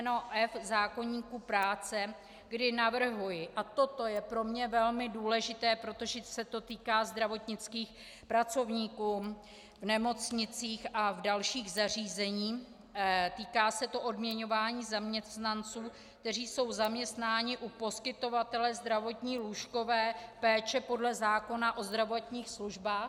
f) zákoníku práce, kdy navrhuji a toto je pro mě velmi důležité, protože se to týká zdravotnických pracovníků v nemocnicích a dalších zařízeních, týká se to odměňování zaměstnanců, kteří jsou zaměstnáni u poskytovatele zdravotní lůžkové péče podle zákona o zdravotních službách...